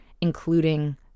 including